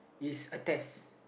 it's attest